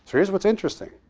here's what's interesting.